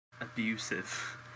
abusive